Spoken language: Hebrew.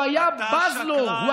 הוא היה בז לו.